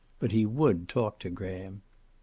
but he would talk to graham.